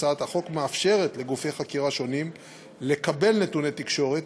הצעת החוק מאפשרת לגופי חקירה שונים לקבל נתוני תקשורת,